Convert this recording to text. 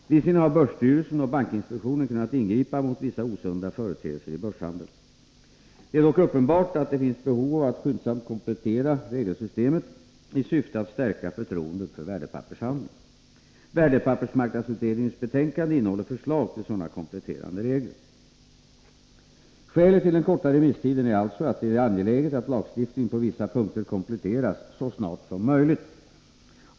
Visserligen har börsstyrelsen och bankinspektionen kunnat ingripa mot vissa osunda företeelser i börshandeln. Det är dock uppenbart att det finns ett behov av att skyndsamt komplettera regelsystemet i syfte att stärka förtroendet för värdepappershandeln. Värdepappersmarknadsutredningens betänkande innehåller förslag till sådana kompletterande regler. Skälet till den korta remisstiden är alltså att det är angeläget att lagstiftningen på vissa punkter kompletteras så snart som möjligt.